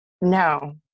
No